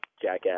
jackass